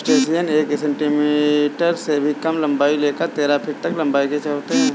crustacean एक centimetre से भी कम लंबाई से लेकर तेरह फीट तक की लंबाई के होते हैं